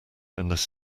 unless